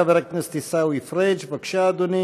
חבר הכנסת עיסאווי פריג', בבקשה, אדוני.